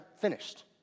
finished